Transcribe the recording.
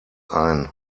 ein